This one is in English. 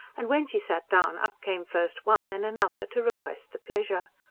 and, when she sat down, up came first one, then another, to request the pleasure.